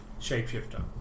shapeshifter